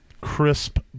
crisp